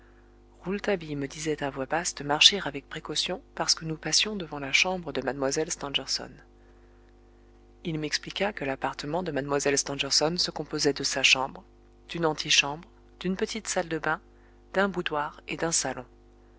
rouletabille me disait à voix basse de marcher avec précaution parce que nous passions devant la chambre de mlle stangerson il m'expliqua que l'appartement de mlle stangerson se composait de sa chambre d'une antichambre d'une petite salle de bain d'un boudoir et d'un salon